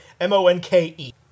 M-O-N-K-E